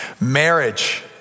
Marriage